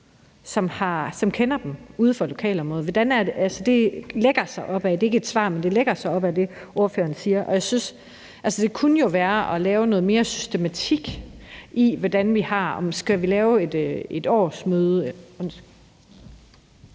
som kender dem ude fra lokalområdet. Altså, det er ikke et svar, men det lægger sig op ad det, ordføreren siger. Men det kunne jo være, at vi skulle lave noget mere systematik i, hvordan vi gør det, og om vi f.eks. skal